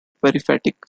peripatetic